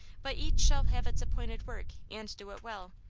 but each shall have its appointed work and do it well,